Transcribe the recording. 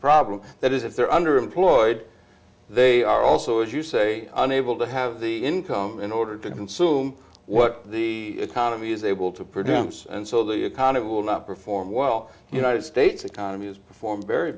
problem that is if they're underemployed they are also as you say unable to have the income in order to consume what the economy is able to produce and so the economy will not perform well united states economy has performed very